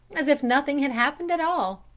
as if nothing had happened at all.